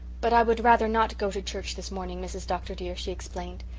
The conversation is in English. but i would rather not go to church this morning, mrs. dr. dear, she explained.